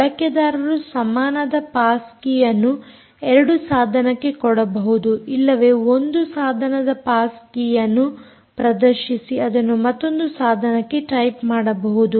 ಬಳಕೆದಾರರು ಸಮನಾದ ಪಾಸ್ ಕೀಯನ್ನು ಎರಡು ಸಾಧನಕ್ಕೆ ಕೊಡಬಹುದು ಇಲ್ಲವೇ ಒಂದು ಸಾಧನ ಪಾಸ್ ಕೀಯನ್ನು ಪ್ರದರ್ಶಿಸಿ ಅದನ್ನು ಮತ್ತೊಂದು ಸಾಧನಕ್ಕೆ ಟೈಪ್ ಮಾಡಬಹುದು